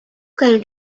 going